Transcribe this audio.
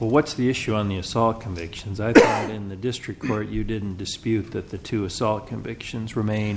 well what's the issue on the assault convictions in the district where you didn't dispute that the two assault convictions remain